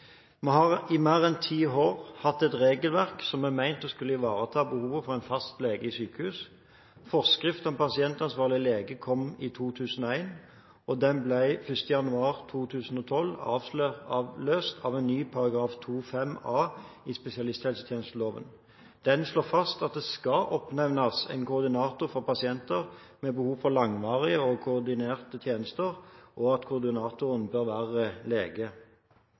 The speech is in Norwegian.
Vi har i mer enn ti år hatt et regelverk som er ment å skulle ivareta behovet for en fast lege i sykehus. Forskrift om pasientansvarlig lege kom i 2001, og den ble 1. januar 2012 avløst av ny § 2-5 a i spesialisthelsetjenesteloven. Den slår fast at det skal oppnevnes en koordinator for pasienter med behov for langvarige og koordinerte tjenester, og at koordinator bør være lege.